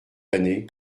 l’année